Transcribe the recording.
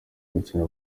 gukina